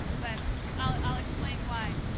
but i'll ah i'll explain why.